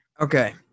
Okay